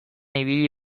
ibili